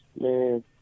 man